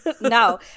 No